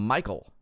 Michael